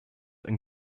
and